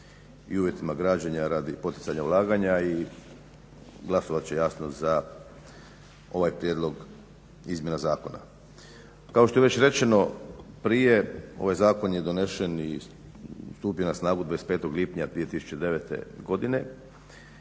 i uvjetima građenja radi poticanja ulaganja i glasovat će jasno za ovaj prijedlog izmjena zakona. Kao što je već rečeno prije ovaj zakon je donesen i stupio na snagu 25. lipnja 2009. godine,